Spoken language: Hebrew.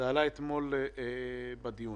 זה באמת יכול בהרבה מאוד מצבים להביא לכך שכספי